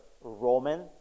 Roman